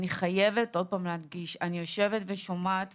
אני חייבת שוב להדגיש ולומר שאני יושבת ושומעת